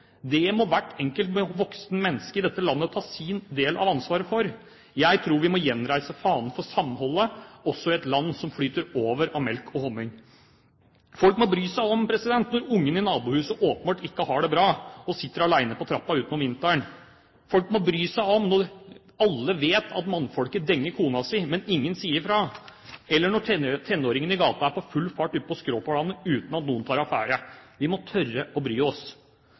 Det må hvert enkelt voksent menneske i dette landet ta sin del av ansvaret for. Jeg tror vi må gjenreise fanen for samholdet – også i et land som flyter over av melk og honning. Folk må bry seg når ungen i nabohuset åpenbart ikke har det bra og sitter alene på trappen ute om vinteren. Folk må bry seg når alle vet at mannfolket denger kona si – men ingen sier fra – eller når tenåringen i gata er på full fart utpå skråplanet – uten at noen tar affære. Vi må tørre å bry oss.